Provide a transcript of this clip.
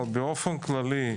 באופן כללי,